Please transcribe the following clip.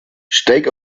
steig